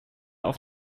auf